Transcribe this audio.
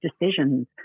decisions